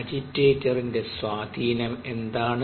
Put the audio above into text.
അജീടെറ്ററിന്റെ സ്വാധീനം എന്താണ്